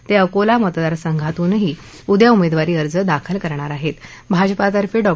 तक्रिकोला मतदार संघातूनही उद्या उमद्वारी अर्ज दाखल करणार आहर भाजपातर्फे डॉ